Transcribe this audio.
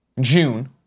June